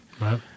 right